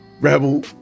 Rebel